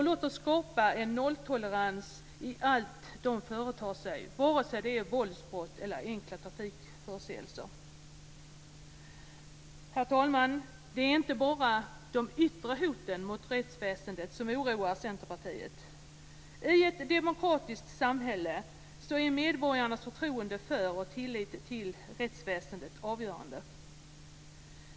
Låt oss skapa en nolltolerans mot allt de företar sig, vare sig det är våldsbrott eller enkla trafikförseelser. Herr talman! Det är inte bara de yttre hoten mot rättsväsendet som oroar Centerpartiet. I ett demokratiskt samhälle är medborgarnas förtroende för och tillit till rättsväsendet avgörande.